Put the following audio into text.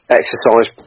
exercise